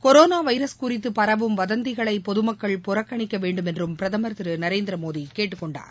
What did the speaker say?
corona virus குறித்து பரவும் வதந்திகளை பொதுமக்கள் புறக்கணிக்க வேண்டுமு் என்றும் பிரதமர் திரு நரேந்திர மோடி கேட்டுக்கொண்டார்